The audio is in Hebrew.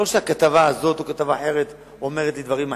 לא שכתבה זו או כתבה אחרת אומרת לי דברים אחרים,